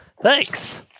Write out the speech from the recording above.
thanks